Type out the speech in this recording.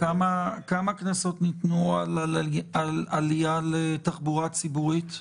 כמה קנסות ניתנו על עלייה לתחבורה ציבורית?